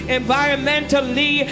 environmentally